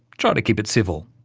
try to keep it civil.